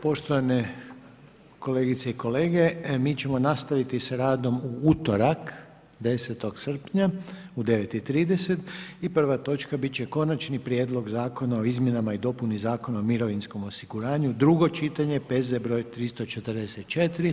Poštovane kolegice i kolege, mi ćemo nastaviti s radom u utorak, 10. srpnja u 9,30 i prva točka biti će Konačni prijedlog Zakona o izmjenama i dopuni Zakona o mirovinskom osiguranju, drugo čitanje, P.Z. br. 344.